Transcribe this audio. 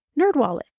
Nerdwallet